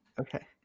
Okay